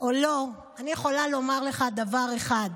או לא, אני יכולה לומר לך דבר אחד: